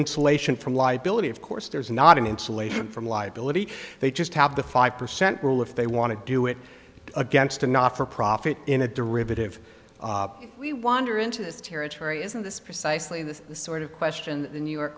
insulation from liability of course there's not an insulation from liability they just have the five percent rule if they want to do it against a not for profit in a derivative we wander into this territory isn't this precisely the sort of question the new york